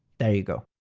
there you go.